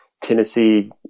Tennessee